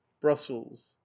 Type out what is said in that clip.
brussels